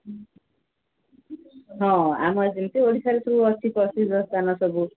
ହଁ ଆମର ସେମିତି ଓଡ଼ିଶାରେ ସବୁ ଅଛି ପ୍ରସିଦ୍ଧ ସ୍ଥାନ ସବୁ